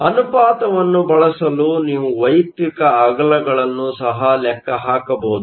ಅನುಪಾತವನ್ನು ಬಳಸಲು ನೀವು ವೈಯಕ್ತಿಕ ಅಗಲಗಳನ್ನು ಸಹ ಲೆಕ್ಕ ಹಾಕಬಹುದು